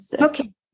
Okay